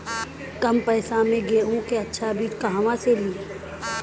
कम पैसा में गेहूं के अच्छा बिज कहवा से ली?